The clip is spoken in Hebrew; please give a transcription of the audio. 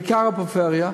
בעיקר הפריפריה.